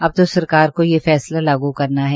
अब तो सरकार को यह फैंसला लागू करना है